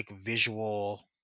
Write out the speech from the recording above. visual